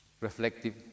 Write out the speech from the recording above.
reflective